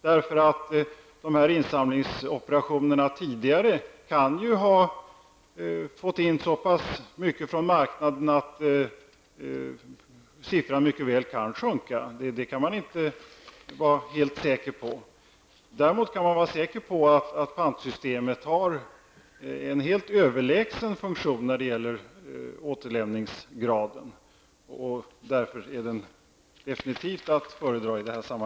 De tidigare insamlingsoperationerna kan ha medfört att så många batterier ute på marknaden har återlämnats att siffran mycket väl kan komma att sjunka. Den saken kan man alltså inte vara helt säker på. Däremot kan man vara säker på att ett pantsystem har en överlägsen funktion vad gäller återlämningsgraden. Därför är det systemet definitivt att föredra.